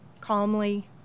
calmly